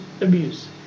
abuse